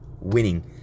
winning